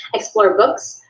explore books,